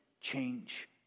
change